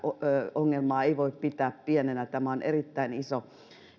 ongelmaa ei voi pitää pienenä tämä on erittäin